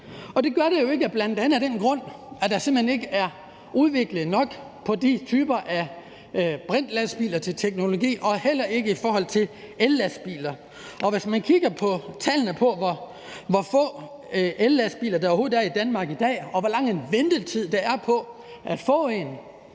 Og det er bl.a. af den grund, at der simpelt hen ikke er udviklet nok på de typer af brintlastbiler med hensyn til teknologi og heller ikke i forhold til ellastbiler. Man kan bare kigge på tallene over, hvor få ellastbiler der overhovedet er i Danmark i dag, og hvor lang en ventetid der er på at få en.